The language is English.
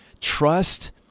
trust